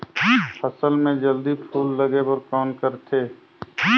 फसल मे जल्दी फूल लगे बर कौन करथे?